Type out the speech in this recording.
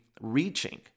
reaching